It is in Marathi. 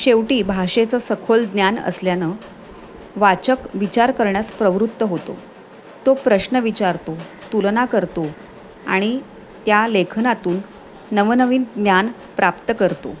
शेवटी भाषेचं सखोल ज्ञान असल्यानं वाचक विचार करण्यास प्रवृत्त होतो तो प्रश्न विचारतो तुलना करतो आणि त्या लेखनातून नवनवीन ज्ञान प्राप्त करतो